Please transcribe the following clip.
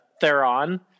Theron